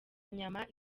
inyama